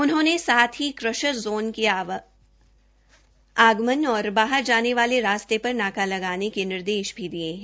उन्होंने साथ ही क्रशर ज़ोन के आगमन और बाहर जाने वाले रास्ते पर नाका लगाने के निर्देश भी दिये है